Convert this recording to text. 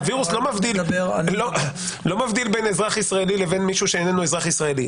הווירוס לא מבדיל בין אזרח ישראלי לבין מישהו שאיננו אזרח ישראלי.